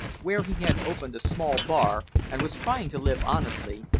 where he had opened a small bar and was trying to live honestly,